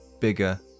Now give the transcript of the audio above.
bigger